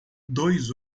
dois